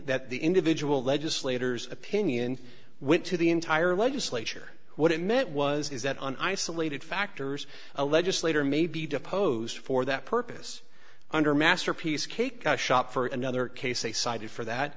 that the individual legislators opinion went to the entire legislature what it meant was is that an isolated factors a legislator may be deposed for that purpose under masterpiece cake shop for another case they cited for that